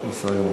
בסדר גמור.